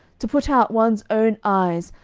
to put out one's own eyes,